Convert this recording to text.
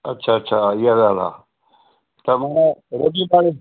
अच्छा अच्छा इहा ॻाल्हि आहे त मूं रोटी पाणी